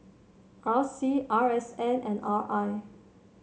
R C R S N and R I